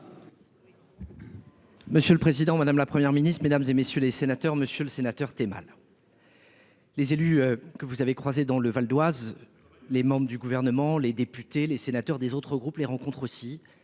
Monsieur le Président Madame la première Ministre Mesdames et messieurs les sénateurs, Monsieur le Sénateur, tu es mal. Les élus que vous avez croisé dans le Val-d Oise, les membres du gouvernement les députés, les sénateurs des autres groupes les rencontres aussi